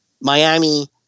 Miami